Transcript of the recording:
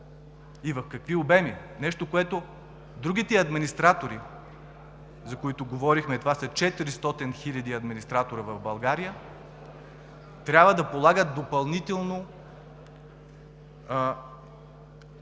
и в какви обеми – нещо, което другите администратори, за които говорихме, а това са 400 хиляди администратори в България, трябва да полагат допълнително